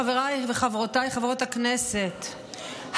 חבריי וחברותיי חברות הכנסת,